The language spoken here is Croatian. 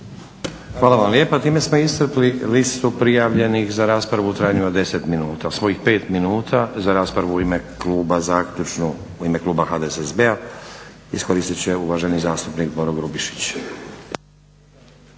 Hvala vam lijepa. Time smo iscrpili listu prijavljenih za raspravu u trajanju od 10 minuta. Svojih 5 minuta za raspravu u ime kluba zaključnu u ime kluba HDSSB-a iskoristit će uvaženi zastupnik Boro Grubišić.